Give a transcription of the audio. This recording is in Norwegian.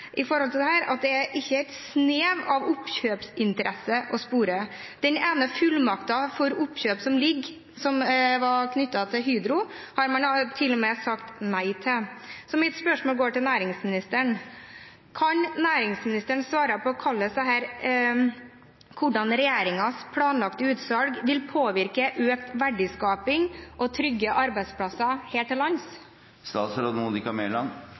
at det ikke er et snev av oppkjøpsinteresse å spore. Den ene fullmakten for oppkjøp som forelå, som var knyttet til Hydro, har man til og med sagt nei til. Mitt spørsmål går derfor til næringsministeren. Kan næringsministeren svare på hvordan regjeringens planlagte utsalg vil påvirke økt verdiskaping og trygge arbeidsplasser her til lands?